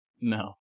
No